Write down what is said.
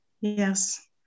Yes